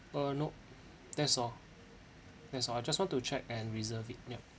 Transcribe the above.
uh nope that's all that's all I just want to check and reserve it ya